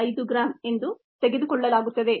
5 gram ಎಂದು ತೆಗೆದುಕೊಳ್ಳಲಾಗುತ್ತದೆ